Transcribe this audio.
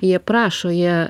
jie prašo jie